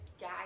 guy